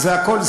זה הכול,